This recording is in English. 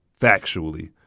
factually